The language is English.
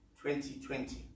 2020